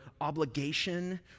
obligation